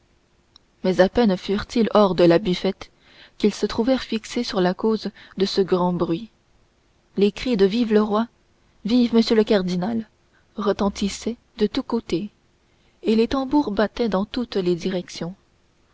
mais à peine furent-ils hors de la buvette qu'ils se trouvèrent fixés sur la cause de ce grand bruit les cris de vive le roi vive m le cardinal retentissaient de tous côtés et les tambours battaient dans toutes les directions